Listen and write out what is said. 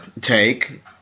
Take